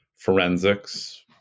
forensics